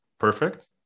Perfect